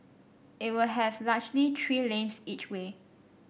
it will have largely three lanes each way